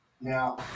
Now